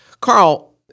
Carl